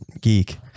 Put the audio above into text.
geek